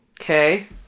Okay